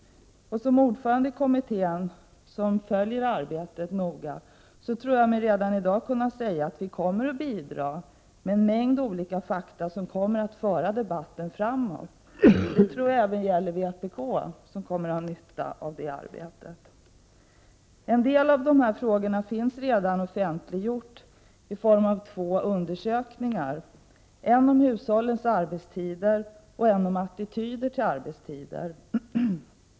Som ordförande i kommittén som följer arbetet noga tror jag mig redan i dag kunna säga att vi kommer att bidra med en mängd olika förslag, som kommer att föra debatten framåt. Jag tror att även vpk kan ha nytta av det arbetet. Två undersökningar i dessa frågor har redan offentliggjorts, en om hushållens arbetstider och en om attityder till arbetstider.